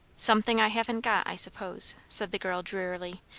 something i haven't got, i suppose, said the girl drearily.